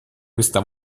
questa